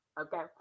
Okay